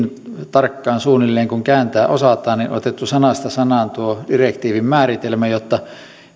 tarkkaan suunnilleen kuin kääntää osataan on nyt otettu sanasta sanaan tuo direktiivin määritelmä jotta